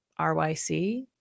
RYC